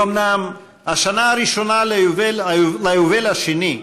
היא אומנם השנה הראשונה ליובל השני,